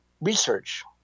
research